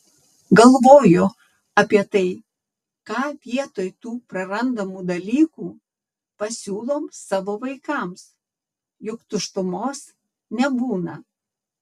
galvoju apie tai ką vietoj tų prarandamų dalykų pasiūlom savo vaikams juk tuštumos nebūna